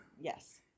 Yes